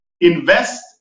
invest